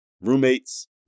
roommates